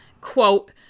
Quote